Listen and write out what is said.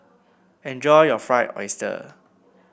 enjoy your Fried Oyster